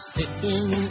Sitting